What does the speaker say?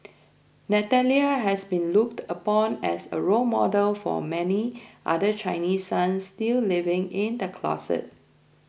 Natalia has been looked upon as a role model for many other Chinese sons still living in the closet